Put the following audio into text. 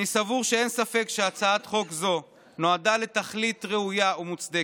אני סבור שאין ספק שהצעת חוק זו נועדה לתכלית ראויה ומוצדקת.